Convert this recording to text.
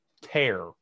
tear